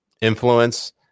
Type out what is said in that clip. influence